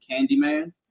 Candyman